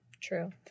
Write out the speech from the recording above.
true